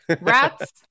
Rats